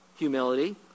humility